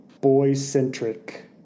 boy-centric